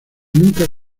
nuca